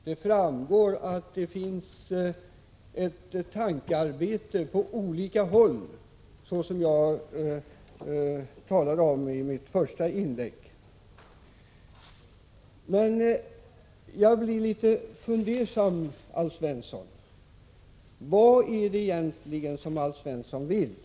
Det framgår att det finns ett tankearbete på olika håll, så som jag talade om i mitt första inlägg. Jag blir litet fundersam, när jag lyssnar på Alf Svensson. Vad är det egentligen Alf Svensson vill?